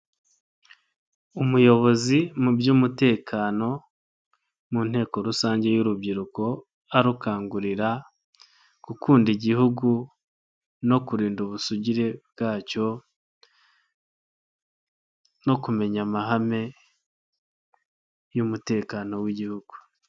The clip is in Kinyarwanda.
Umuyobozi mu by'umutekano mu nteko rusange y'urubyiruko arukangurira gukunda igihugu no kurinda ubusugire bwacyo no kumenya amahame y'umutekano w'igihugu.